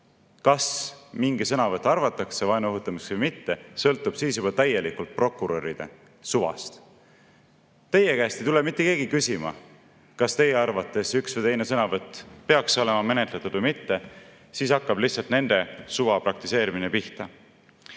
kas mingi sõnavõtt arvatakse vaenu õhutamiseks või mitte, sõltub siis juba täielikult prokuröride suvast. Teie käest ei tule mitte keegi küsima, kas teie arvates üks või teine sõnavõtt peaks olema menetletud või mitte. Siis hakkab lihtsalt nende suva praktiseerimine